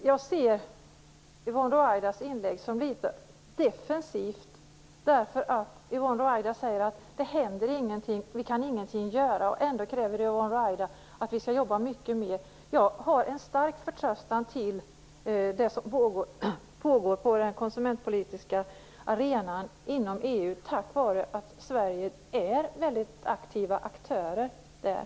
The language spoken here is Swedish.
Herr talman! Jag ser Yvonne Ruwaidas inlägg som litet defensivt. Yvonne Ruwaida säger att det inte händer någonting och att vi ingenting kan göra. Ändå kräver Yvonne Ruwaida att vi skall jobba mycket mer. Jag har en stark förtröstan till vad som pågår på den konsumentpolitiska arenan inom EU tack vare att Sverige är en väldigt aktiv aktör där.